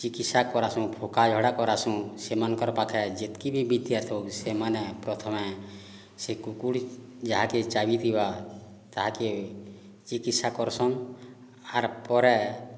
ଚିକିତ୍ସା କରାସୁଁ ଫୁଙ୍କା ଝଡ଼ା କରାସୁଁ ସେମାନଙ୍କର ପାଖେ ଯେତିକି ବି ବିଦ୍ୟା ଥିବ ସେମାନେ ପ୍ରଥମେ ସେହି କୁକୁରଟି ଯାହାକି ଚାବି ଥିବା ତାହାକୁ ଚିକିତ୍ସା କରସନ୍ ଆର୍ ପରେ